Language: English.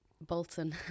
Bolton